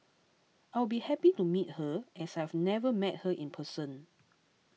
I'll be happy to meet her as I've never met her in person